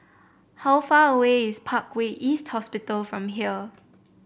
how far away is Parkway East Hospital from here